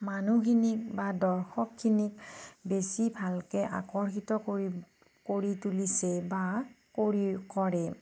মানুহখিনিক বা দৰ্শকখিনিক বেছি ভালকৈ আকৰ্ষিত কৰিব কৰি তুলিছে বা কৰি কৰে